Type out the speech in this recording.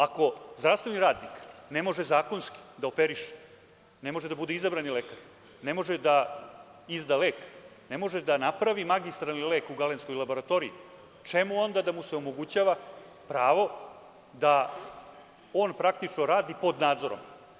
Ako zdravstveni radnik ne može zakonski da operiše, ne može da bude izabran lekar, ne može da izda lek, ne može da napravi magistralni lek u galenskoj laboratoriji, čemu onda da mu se omogućava pravo da on praktično radi pod nadzorom.